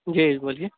جی بولیے